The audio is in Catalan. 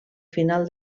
final